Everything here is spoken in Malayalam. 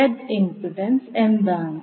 Z ഇംപിഡൻസ് എന്താണ്